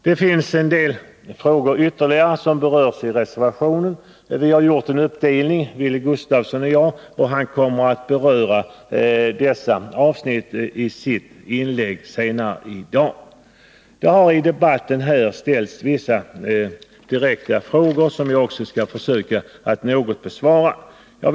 Det finns ytterligare några frågor som berörs i reservationerna. Wilhelm Gustafsson och jag har gjort en uppdelning som innebär att han kommer att beröra dessa avsnitt i sitt inlägg senare i dag. Det har i debatten ställts vissa direkta frågor, som jag skall försöka att besvara.